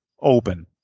open